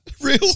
Real